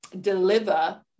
deliver